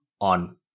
on